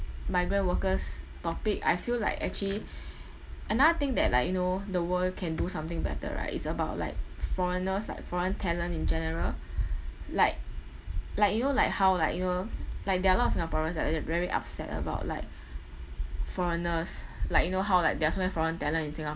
migrant workers' topic I feel like actually another thing that like you know the world can do something better right is about like foreigners like foreign talent in general like like you know like how like you know like there are a lot of singaporeans that are very upset about like foreigners like you know how like there are so many foreign talent in singapore